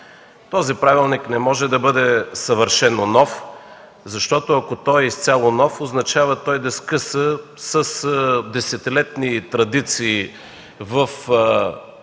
Този правилник не може да бъде съвършено нов, защото ако е изцяло нов, означава да скъса с десетилетни традиции във